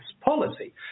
policy